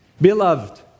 Beloved